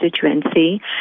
constituency